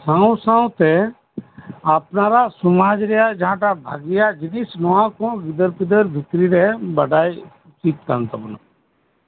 ᱥᱟᱶ ᱥᱟᱶᱛᱮ ᱟᱯᱱᱟᱨᱟᱜ ᱥᱚᱢᱟᱡ ᱨᱮᱭᱟᱜ ᱡᱟᱦᱟᱸᱴᱟᱜ ᱵᱷᱟᱜᱮᱭᱟᱜ ᱡᱤᱱᱤᱥ ᱥᱟᱶ ᱥᱟᱶᱛᱮ ᱜᱤᱫᱽᱨᱟᱹ ᱯᱤᱫᱽᱨᱟᱹ ᱵᱷᱤᱛᱨᱤᱨᱮ ᱵᱟᱰᱟᱭ ᱩᱪᱤᱛ ᱠᱟᱱ ᱛᱟᱵᱳᱱᱟ